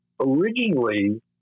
originally